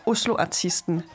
Oslo-artisten